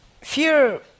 fear